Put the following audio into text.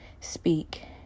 speak